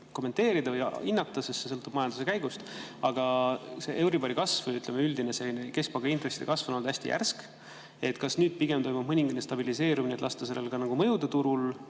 kommenteerida ja hinnata, sest see sõltub majanduse käekäigust. Aga euribori kasv või üldine selline keskpanga intresside kasv on olnud hästi järsk. Kas nüüd pigem toimub mõningane stabiliseerumine, et lasta sellel ka mõjuda turul,